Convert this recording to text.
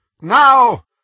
now